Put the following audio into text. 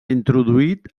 introduït